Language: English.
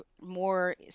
more